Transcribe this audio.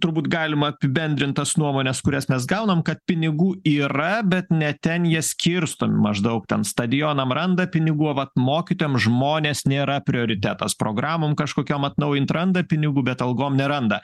turbūt galima apibendrint tas nuomones kurias mes gaunam kad pinigų yra bet ne ten jie skirstomi maždaug ten stadionam randa pinigų o vat mokytojam žmonės nėra prioritetas programom kažkokiom atnaujint randa pinigų bet algom neranda